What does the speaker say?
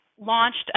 launched